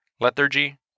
lethargy